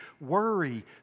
worry